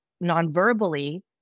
non-verbally